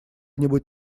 нибудь